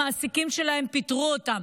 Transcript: המעסיקים שלהם פיטרו אותם,